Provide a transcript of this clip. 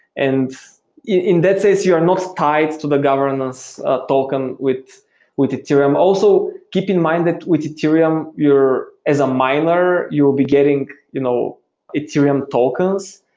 and in that sense, you are not tied to the governance token with with ethereum. also, keep in mind that with ethereum as a miner, you will be getting you know ethereum tokens.